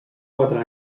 quatre